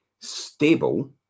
stable